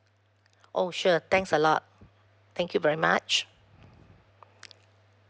oh sure thanks a lot thank you very much